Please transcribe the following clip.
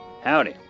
Howdy